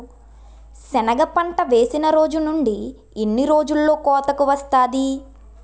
సెనగ పంట వేసిన రోజు నుండి ఎన్ని రోజుల్లో కోతకు వస్తాది?